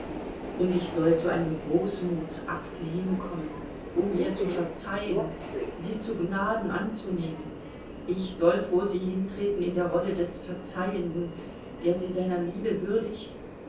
und ich soll zu einem großmutsakte hinkommen um ihr zu verzeihen sie zu gnaden anzunehmen ich soll vor sie hintreten in der rolle des verzeihenden der sie seiner liebe würdigt